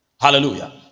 hallelujah